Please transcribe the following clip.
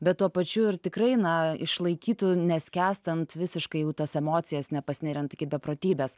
bet tuo pačiu ir tikrai na išlaikytų neskęstant visiškai jau tas emocijas nepasineriant iki beprotybės